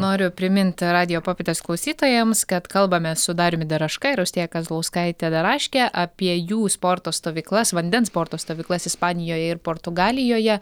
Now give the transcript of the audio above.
noriu priminti radijo popietės klausytojams kad kalbame su dariumi daraška ir austėja kazlauskaite daraške apie jų sporto stovyklas vandens sporto stovyklas ispanijoje ir portugalijoje